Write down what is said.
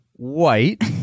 white